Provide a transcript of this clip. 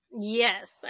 yes